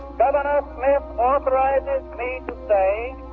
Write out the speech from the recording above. governor smith authorizes me to say